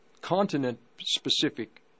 continent-specific